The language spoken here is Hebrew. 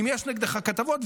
אם יש נגדך כתבות.